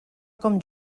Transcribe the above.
com